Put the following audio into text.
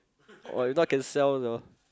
oh if not can sell the